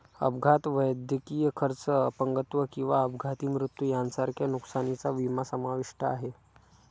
अपघात, वैद्यकीय खर्च, अपंगत्व किंवा अपघाती मृत्यू यांसारख्या नुकसानीचा विमा समाविष्ट आहे